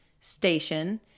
station